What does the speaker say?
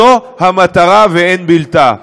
זו המטרה ואין בלתה.